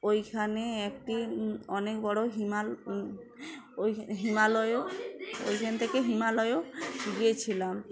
ওইখানে একটি অনেক বড়ো হিমাল ওই হিমালয়ও ওইখান থেকে হিমালয়ও গিয়েছিলাম